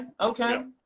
okay